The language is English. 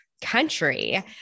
country